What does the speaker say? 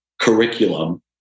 curriculum